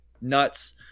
nuts